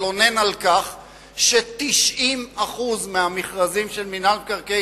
מתלונן על כך ש-90% מהמכרזים של מינהל מקרקעי